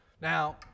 Now